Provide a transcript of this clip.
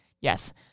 yes